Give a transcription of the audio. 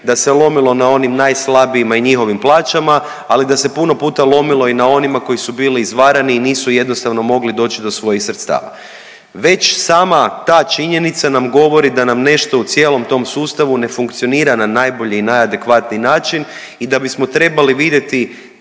da se lomilo na onim najslabijim i njihovim plaćama, ali da se puno puta lomilo i na onima koji su bili izvarani i nisu jednostavno mogli doći do svojih sredstava. Već sama ta činjenica nam govori da nam nešto u cijelom tom sustavu ne funkcionira na najbolji i najadekvatniji način i da bismo trebali vidjeti